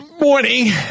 Morning